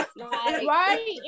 Right